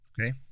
okay